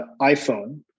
iPhone